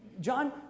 John